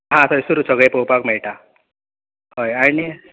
आ थंयसरूच सगळें पळोवपाक मेळटा हय आनी